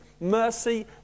mercy